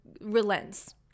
relents